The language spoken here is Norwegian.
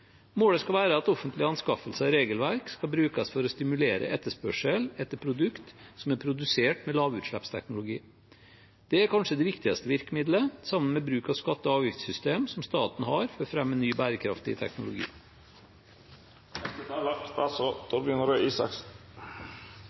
Målet skal være at offentlige anskaffelser og regelverk skal brukes for å stimulere etterspørsel etter produkter som er produsert med lavutslippsteknologi. Det er kanskje det viktigste virkemiddelet, sammen med bruk av skatte- og avgiftssystemer som staten har for å fremme ny, bærekraftig teknologi.